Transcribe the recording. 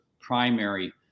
primary